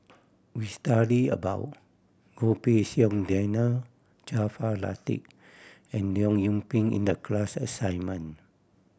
we studied about Goh Pei Siong Daniel Jaafar Latiff and Leong Yoon Pin in the class assignment